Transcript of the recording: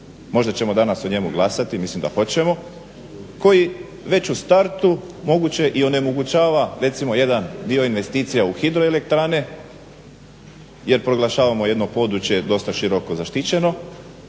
Možda ćemo danas o njemu glasati, mislim da hoćemo koji već u startu moguće i onemogućava recimo jedan dio investicija u hidroelektrane, jer proglašavamo jedno područje dosta široko zaštićeno